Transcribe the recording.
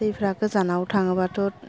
दैफ्रा गोजानाव थाङोबाथ'